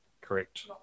Correct